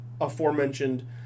aforementioned